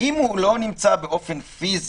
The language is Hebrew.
אם הוא לא נמצא באופן פיזי,